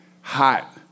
hot